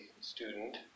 student